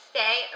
Stay